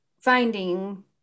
finding